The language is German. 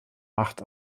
macht